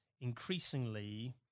increasingly